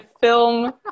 film